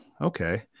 okay